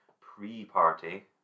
pre-party